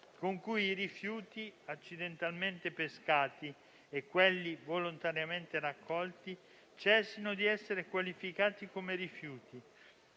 con cui i rifiuti accidentalmente pescati e quelli volontariamente raccolti cessino di essere qualificati come rifiuti,